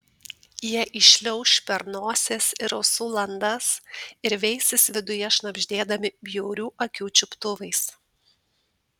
jie įšliauš per nosies ir ausų landas ir veisis viduje šnabždėdami bjaurių akių čiuptuvais